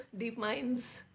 DeepMind's